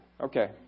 Okay